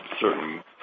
certain